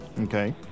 okay